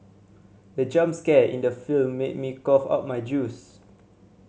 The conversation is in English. the jump scare in the film made me cough out my juice